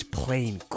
plain